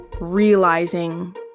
realizing